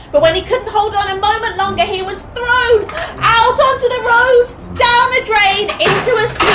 but when he couldn't hold on a moment longer he was thrown out onto the road, down the drain into a